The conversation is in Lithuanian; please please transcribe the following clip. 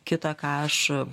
kitą ką aš